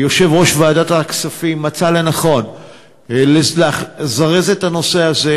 יושב-ראש ועדת הכספים מצא לנכון לזרז את הנושא הזה,